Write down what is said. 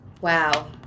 Wow